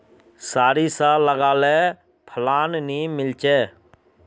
सारिसा लगाले फलान नि मीलचे?